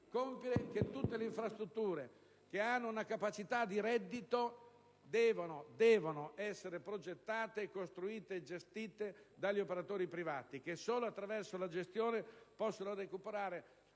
compiere, che tutte le infrastrutture che hanno una capacità di reddito devono essere progettate, costruite e gestite dagli operatori privati che solo attraverso la gestione possono recuperare